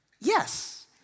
yes